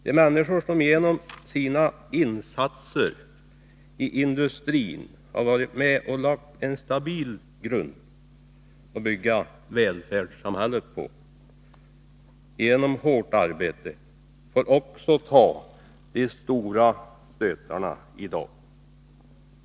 De människor som genom sina insatser i industrin har varit med och lagt en stabil grund att bygga välfärdssamhället på, genom hårt arbete, får också ta de stora stötarna i dag.